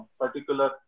particular